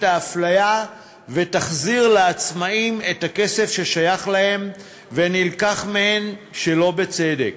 האפליה ותחזיר לעצמאים את הכסף ששייך להם ונלקח מהם שלא בצדק.